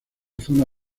zona